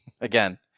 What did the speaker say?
again